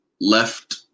left